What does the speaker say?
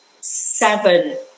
seven